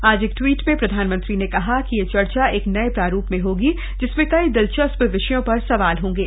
आज एक ट्वीट में प्रधानमंत्री ने कहा कि यह चर्चा एक नए प्रारूप में होगी जिसमें कई दिलचस्प विषयों पर सवाल होंगे